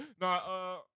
No